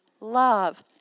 love